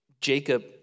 Jacob